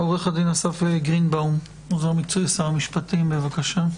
עורך הדין אסף גרינבאום, ממשרד המשפטים, בבקשה.